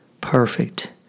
perfect